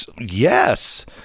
Yes